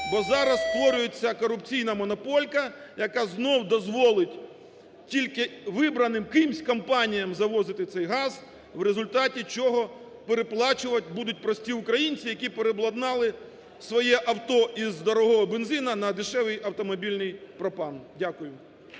Бо зараз створюється корупційна монополька, яка знову дозволить тільки вибраним кимсь компаніям завозити цей газ, в результаті чого переплачувати будуть прості українці, які переобладнали своє авто із дорого бензину на дешевий автомобільний пропан. Дякую.